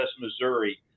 Missouri